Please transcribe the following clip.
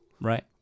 Right